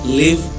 live